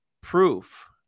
proof